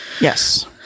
Yes